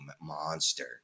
monster